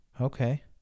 okay